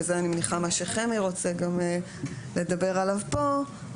ואני מניחה שחני רוצה לדבר עליו כאן,